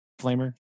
Flamer